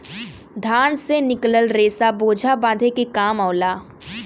धान से निकलल रेसा बोझा बांधे के काम आवला